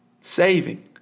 saving